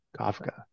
Kafka